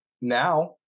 now